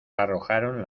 arrojaron